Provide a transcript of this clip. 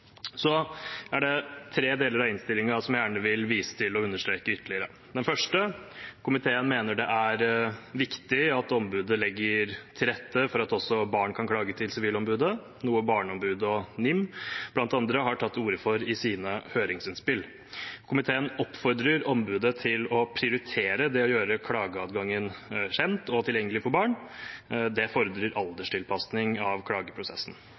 er tre deler av innstillingen jeg gjerne vil vise til og understreke ytterligere. Den første er at komiteen mener det er viktig at ombudet legger til rette for at også barn kan klage til Sivilombudet, noe bl.a. Barneombudet og NIM har tatt til orde for i sine høringsinnspill. Komiteen oppfordrer ombudet til å prioritere det å gjøre klageadgangen kjent og tilgjengelig for barn. Det fordrer alderstilpasning av klageprosessen.